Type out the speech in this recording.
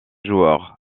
joueur